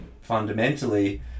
fundamentally